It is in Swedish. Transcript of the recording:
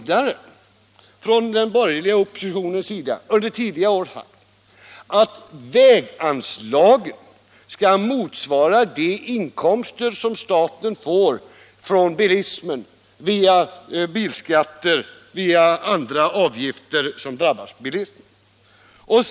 Den borgerliga oppositionen har under tidigare år vidare sagt att väganslagen skall motsvara de inkomster som staten får in från bilismen via bilskatter och andra avgifter som drabbar bilismen.